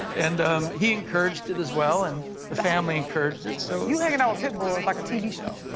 and um he encouraged it as well. and the family encouraged it. lena so you hanging out with pit bull is like a tv show.